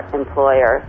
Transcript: employer